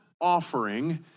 offering